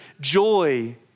joy